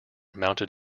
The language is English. mounted